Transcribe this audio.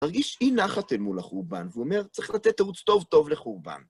מרגיש אי-נחת אל מול החורבן, ואומר, צריך לתת תירוץ טוב-טוב לחורבן.